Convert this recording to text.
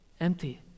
empty